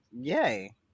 Yay